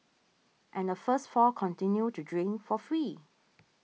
and the first four continued to drink for free